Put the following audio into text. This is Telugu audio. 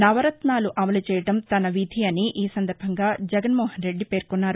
నవరత్నాలు అమలుచేయడం తన విధి అని ఈసందర్బంగా జగన్మోహన్ రెడ్డి పేర్కొన్నారు